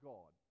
God